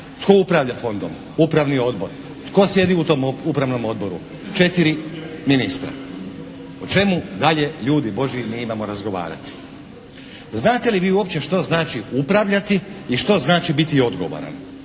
Tko upravlja Fondom? Upravni odbor. Tko sjedi u tom Upravnom odboru? 4 ministra. O čemu dalje ljudi Božji mi imamo razgovarati? Znate li vi uopće što znači upravljati i što znači biti odgovoran?